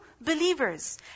believers